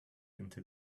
into